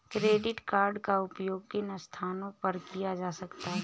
Credit card का उपयोग किन स्थानों पर किया जा सकता है?